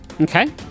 Okay